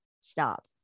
stop